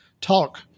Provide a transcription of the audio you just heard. talk